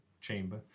chamber